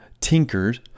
tinkers